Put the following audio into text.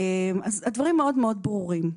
הדברים ברורים.